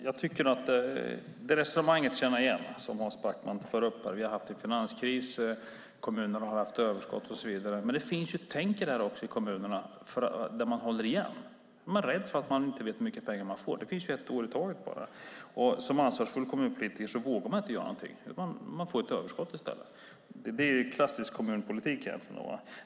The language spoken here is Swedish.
Fru talman! Jag känner igen det resonemang som Hans Backman för fram: Vi har haft en finanskris, kommunerna har haft överskott och så vidare. Men hur tänker man i de kommuner där man håller igen? Man är rädd, för att man inte vet hur mycket pengar man kommer att få. Det sker ett år i taget. Som ansvarsfull kommunpolitiker vågar man inte göra någonting. Man får ett överskott i stället. Det är klassisk kommunpolitik.